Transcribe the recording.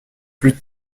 plus